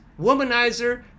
womanizer